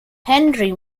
henry